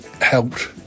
helped